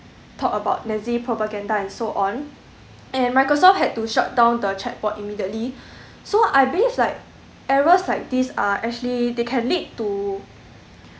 talk about nazi propaganda and so on and microsoft had to shut down the chat bot immediately so I believe like errors like these are actually they can lead to